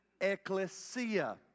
ecclesia